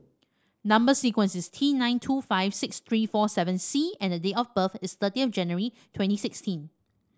number sequence is T nine two five six three four seven C and the date of birth is thirty of January twenty sixteen